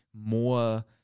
more